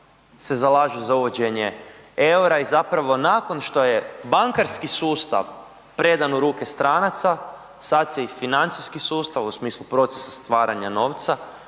se zalažu zajedno za uvođenje EUR-a i zapravo nakon što je bankarski sustav predan u ruke stranaca, sad se i financijski sustav u smislu procesa stvaranja novca